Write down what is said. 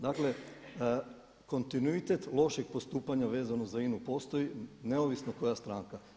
Dakle kontinuitet lošeg postupanja vezano za INA-u postoji neovisno koja stranka.